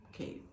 Okay